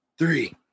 Three